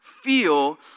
feel